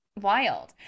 wild